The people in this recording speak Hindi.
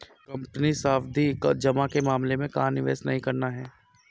कंपनी सावधि जमा के मामले में कहाँ निवेश नहीं करना है?